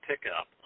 pickup